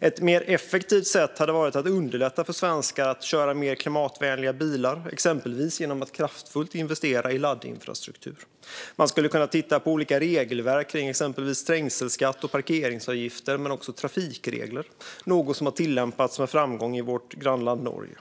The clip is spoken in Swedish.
Ett mer effektivt sätt hade varit att underlätta för svenskar att köra mer klimatvänliga bilar, exempelvis genom att kraftfullt investera i laddinfrastruktur. Man skulle kunna titta på olika regelverk kring exempelvis trängselskatt och parkeringsavgifter men också på trafikregler, något som har tillämpats med framgång i vårt grannland Norge.